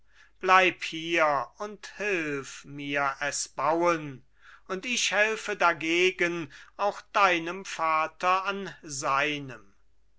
bleib hier und hilf mir es bauen und ich helfe dagegen auch deinem vater an seinem